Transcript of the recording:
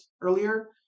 earlier